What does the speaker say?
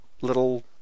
little